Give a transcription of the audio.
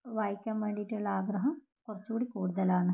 വായിക്കാൻ വേണ്ടിയിട്ടുള്ള ആഗ്രഹം കുറച്ച്കൂടി കൂടുതലാണ്